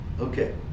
Okay